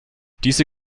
diese